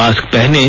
mask पहनें